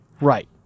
Right